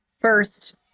first